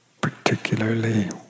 particularly